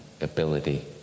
ability